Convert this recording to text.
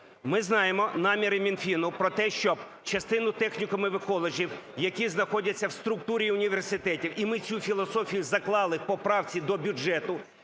ми знаємо наміри Мінфіну про те, що частину технікумів і коледжів, які знаходяться в структурі університетів, і ми цю філософію заклали в поправці до бюджету